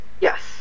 yes